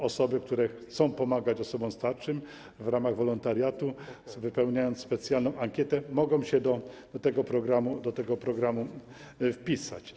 Osoby, które chcą pomagać osobom starszym w ramach wolontariatu, wypełniając specjalną ankietę, mogą się do tego programu zapisać.